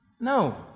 no